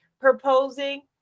proposing